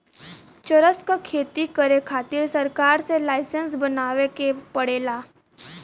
चरस क खेती करे खातिर सरकार से लाईसेंस बनवाए के पड़ेला